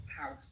house